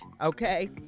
okay